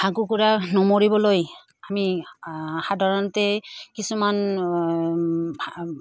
হাঁহ কুকুৰা নমৰিবলৈ আমি সাধাৰণতে কিছুমান